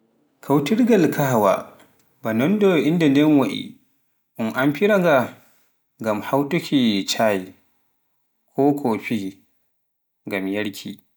kautirgal kahawa, ba nonno innde nden wa'I un amfira nga ngam hawtuuki cay ko koofi, ngam yarki